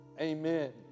amen